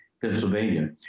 Pennsylvania